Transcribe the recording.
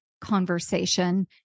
conversation